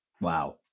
Wow